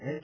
H